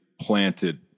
planted